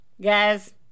guys